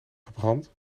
verbrand